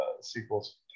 sequels